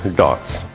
darts!